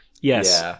Yes